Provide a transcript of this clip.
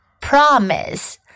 promise